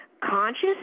conscious